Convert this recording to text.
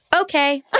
Okay